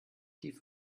tief